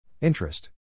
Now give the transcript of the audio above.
Interest